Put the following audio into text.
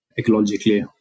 ecologically